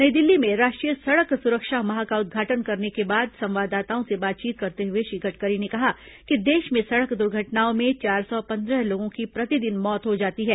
नई दिल्ली में राष्ट्रीय सड़क सुरक्षा माह का उद्घाटन करने के बाद संवाददाताओं से बातचीत करते हुए श्री गडकरी ने कहा कि देश में सड़क दर्घटनाओं में चार सौ पंद्रह लोगों की प्रतिदिन मौत हो जाती है